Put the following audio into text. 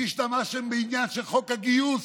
השתמשתם בעניין של חוק הגיוס